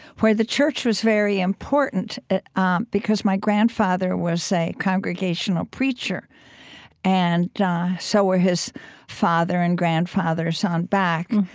where the church was very important um because my grandfather was a congregational preacher and so were his father and grandfathers on back.